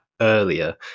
earlier